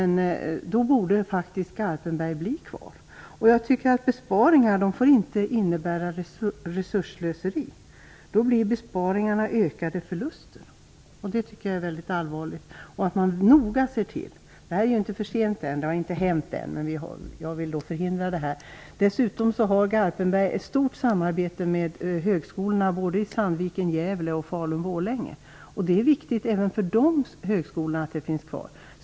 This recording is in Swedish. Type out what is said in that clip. I så fall borde Garpenberg faktiskt bli kvar. Besparingar får inte innebära resursslöseri. Då blir besparingarna ökade förluster. Det tycker jag är allvarligt. Det är inte för sent än. Någon avveckling har inte skett ännu. Jag vill förhindra en sådan. Dessutom har Garpenberg ett stort samarbete med högskolorna i både Gävle Borlänge. Det är viktigt även för de högskolorna att Garpenberg finns kvar.